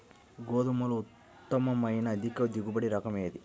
గోధుమలలో ఉత్తమమైన అధిక దిగుబడి రకం ఏది?